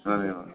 ओम जानोबा